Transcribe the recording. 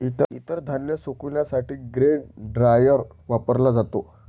इतर धान्य सुकविण्यासाठी ग्रेन ड्रायर वापरला जातो